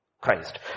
Christ